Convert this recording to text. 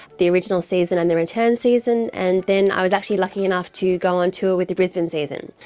the original season and the return season. and then i was actually lucky enough to go on tour with the brisbane season,